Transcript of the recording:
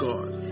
God